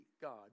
God